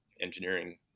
engineering